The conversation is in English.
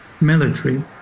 military